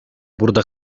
burada